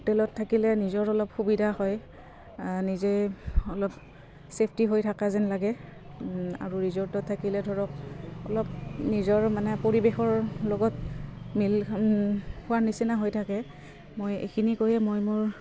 হোটেলত থাকিলে নিজৰ অলপ সুবিধা হয় নিজে অলপ চ ছেফটি হৈ থাকা যেন লাগে আৰু ৰিজৰ্টত থাকিলে ধৰক অলপ নিজৰ মানে পৰিৱেশৰ লগত মিল হোৱাৰ নিচিনা হৈ থাকে মই এইখিনি কৰিয়ে মই মোৰ